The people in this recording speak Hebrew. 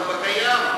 אבל בקיים?